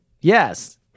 yes